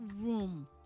room